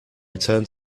return